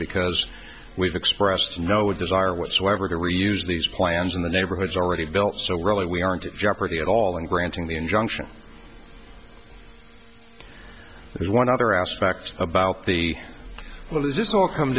because we've expressed no desire whatsoever to reuse these plans in the neighborhoods already built so really we aren't in jeopardy at all in granting the injunction there's one other aspect about the well is this will come